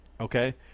Okay